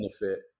benefit